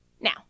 Now